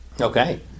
Okay